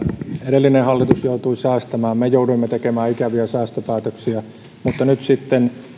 edellinen hallitus joutui säästämään me jouduimme tekemään ikäviä säästöpäätöksiä mutta nyt sitten